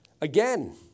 Again